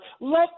Let